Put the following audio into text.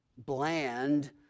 bland